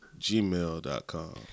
gmail.com